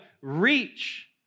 reach